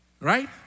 Right